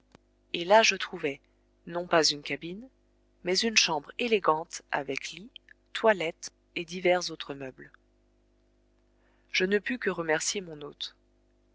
et là je trouvai non pas une cabine mais une chambre élégante avec lit toilette et divers autres meubles je ne pus que remercier mon hôte